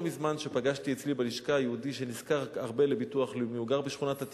לא מזמן פגשתי אצלי בלשכה יהודי שנזקק הרבה לביטוח לאומי.